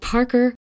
Parker